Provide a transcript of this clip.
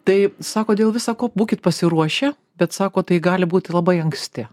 tai sako dėl visa ko būkit pasiruošę bet sako tai gali būti labai anksti